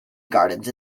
gardens